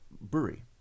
brewery